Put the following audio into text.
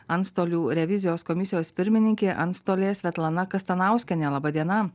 antstolių revizijos komisijos pirmininkė antstolė svetlana kastanauskienė laba diena